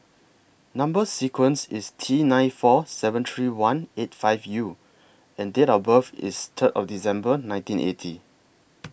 Number sequence IS T nine four seven three one eight five U and Date of birth IS Third of December nineteen eighty